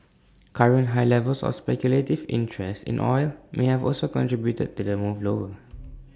current high levels of speculative interest in oil may have also contributed to the move lower